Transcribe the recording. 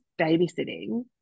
babysitting